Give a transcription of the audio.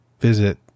Visit